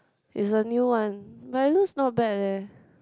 is a new one but it looks not bad leh